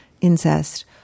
incest